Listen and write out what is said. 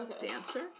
dancer